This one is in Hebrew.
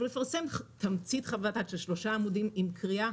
אבל לפרסם תמצית חוות דעת של שלושה עמודים עם קריאה